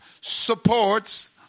supports